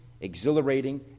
exhilarating